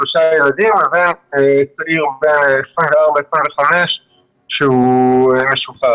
שלושה ילדים לבין צעיר בן 24 25 שהוא משוחרר.